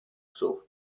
psów